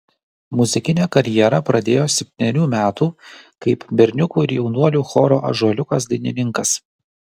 muzikinę karjerą pradėjo septynerių metų kaip berniukų ir jaunuolių choro ąžuoliukas dainininkas